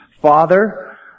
Father